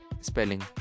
spelling